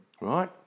right